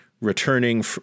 returning